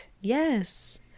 Yes